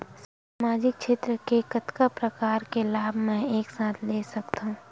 सामाजिक क्षेत्र के कतका प्रकार के लाभ मै एक साथ ले सकथव?